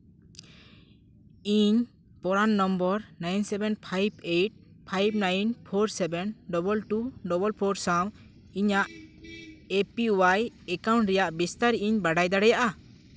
ᱤᱧ ᱯᱚᱨᱟᱱ number nine seven five eight five nine four seven double two double four ᱥᱟᱶ ᱤᱧᱟᱜ ᱮ ᱯᱤ ᱚᱣᱟᱭ ᱮᱠᱟᱣᱩᱱᱴ ᱨᱮᱭᱟᱜ ᱵᱤᱥᱛᱟᱨ ᱤᱧ ᱵᱟᱰᱟᱭ ᱫᱟᱲᱮᱭᱟᱜᱼᱟ